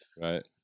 right